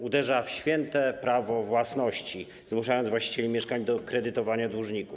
Uderza w święte prawo własności, zmuszając właścicieli mieszkań do kredytowania dłużników.